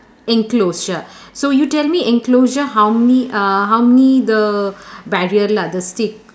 enclosure so you tell me enclosure how many uh how many the barrier lah the stick